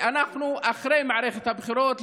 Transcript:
אנחנו אחרי מערכת הבחירות,